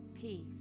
peace